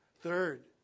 Third